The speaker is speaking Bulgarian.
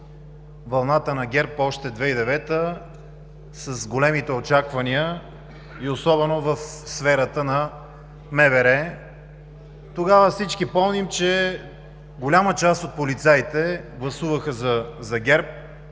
вълната на ГЕРБ още 2009 г. с големите очаквания и особено в сферата на МВР. Тогава всички помним, че голяма част от полицаите гласуваха за ГЕРБ